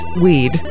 weed